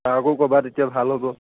ছাৰকো ক'বা তেতিয়া ভাল হ'ব